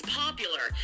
popular